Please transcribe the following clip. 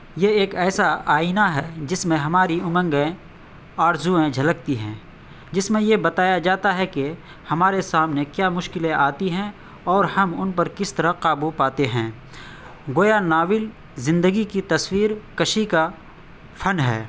یہ ایک ایسا آئینہ ہے جس میں ہماری امنگیں آرزوئیں جھلکتی ہیں جس میں یہ بتایا جاتا ہے کہ ہمارے سامنے کیا مشکلیں آتی ہیں اور ہم ان پر کس طرح قابو پاتے ہیں گویا ناول زندگی کی تصویر کشی کا فن ہے